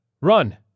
Run